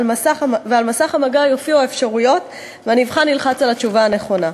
על מסך המגע יופיעו האפשרויות והנבחן ילחץ על התשובה הנכונה.